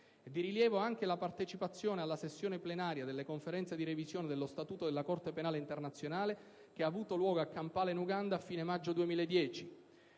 Di rilievo anche la partecipazione alla sessione plenaria delle conferenze di revisione dello statuto della Corte penale internazionale, che ha avuto luogo a Kampala, in Uganda, a fine maggio 2010.